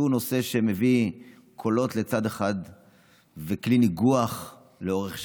נושא שמביא קולות לצד אחד וכלי ניגוח לאורך שנים,